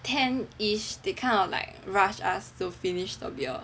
ten-ish they kind of like rush us to finish the beer